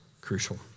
crucial